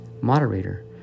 moderator